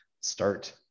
start